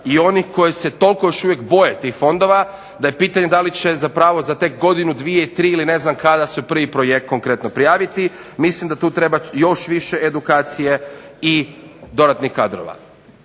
i oni koji se toliko još uvijek boje tih fondova da je pitanje da li će zapravo za tek godinu, dvije, tri ili ne znam kada se prvi projekt konkretno prijaviti. Mislim da tu treba još više edukacije i dodatnih kadrova.